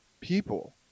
people